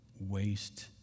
waste